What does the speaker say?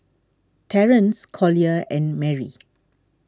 Terrance Collier and Merrie